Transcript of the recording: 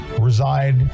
reside